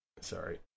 sorry